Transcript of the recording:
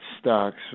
stocks